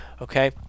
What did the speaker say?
Okay